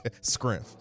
Scrimp